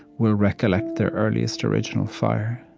will recollect their earliest, original fire